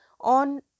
On